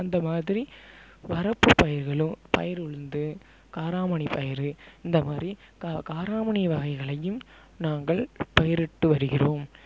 அந்தமாதிரி வரப்பு பயிர்களும் பயிறு உளுந்து காராமணி பயறு இந்தமாதிரி கா காராமணி வகைகளையும் நாங்கள் பயிரிட்டு வருகிறோம்